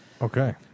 Okay